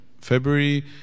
February